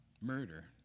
murder